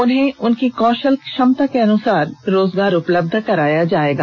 उन्हें उनके कौषल क्षमता के अनुसार रोजगार उपलब्ध कराया जाएगा